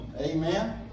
Amen